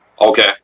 Okay